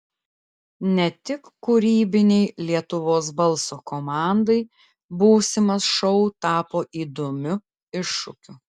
ne tik kūrybinei lietuvos balso komandai būsimas šou tapo įdomiu iššūkiu